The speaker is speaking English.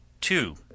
two